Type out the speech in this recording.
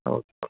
okay okay